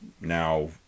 now